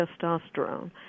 testosterone